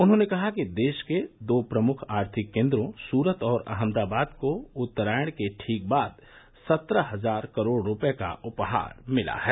उन्होंने कहा कि देश के दो प्रमुख आर्थिक केन्प्रों सूरत और अहमदाबाद को उत्तरायण के ठीक बाद सत्रह हजार करोड़ रुपये का उपहार मिला है